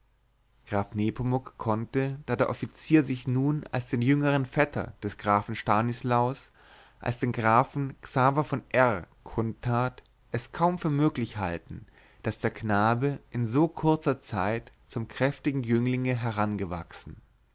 graf nepomuk konnte da der offizier sich nun als den jüngern vetter des grafen stanislaus als den grafen xaver von r kund tat es kaum für möglich halten daß der knabe in so kurzer zeit zum kräftigen jünglinge herangewachsen